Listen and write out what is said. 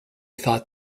thought